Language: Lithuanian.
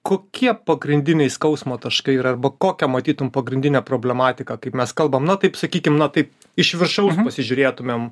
kokie pagrindiniai skausmo taškai ir arba kokią matytum pagrindinę problematiką kaip mes kalbam na taip sakykim na taip iš viršaus pasižiūrėtumėm